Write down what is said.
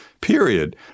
period